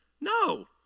No